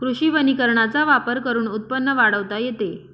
कृषी वनीकरणाचा वापर करून उत्पन्न वाढवता येते